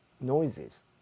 noises